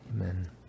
Amen